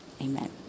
Amen